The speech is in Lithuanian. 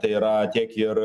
tai yra tiek ir